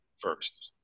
first